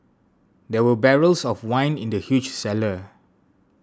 there were barrels of wine in the huge cellar